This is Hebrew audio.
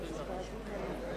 (תיקון מס' 3),